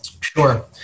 Sure